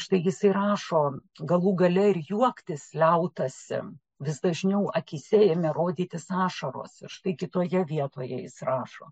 štai jisai rašo galų gale ir juoktis liautasi vis dažniau akyse ėmė rodytis ašaros ir štai kitoje vietoje jis rašo